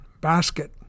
basket